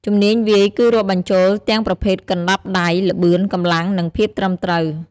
ជំនាញវាយគឺ រាប់បញ្ចូលទាំងប្រភេទកណ្តាប់ដៃ ល្បឿន កម្លាំង និងភាពត្រឹមត្រូវ។